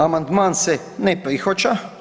Amandman se ne prihvaća.